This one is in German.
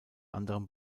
anderem